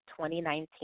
2019